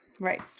right